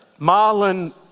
Marlon